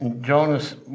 Jonas